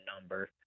number